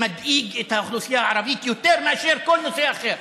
שמדאיג את האוכלוסייה הערבית יותר מאשר כל נושא אחר.